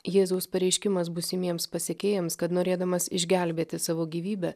jėzaus pareiškimas būsimiems pasekėjams kad norėdamas išgelbėti savo gyvybę